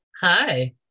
hi